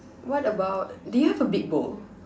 what about do you have a big bowl